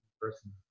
person